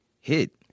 hit